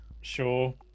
sure